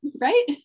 right